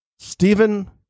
Stephen